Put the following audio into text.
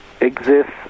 exists